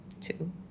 two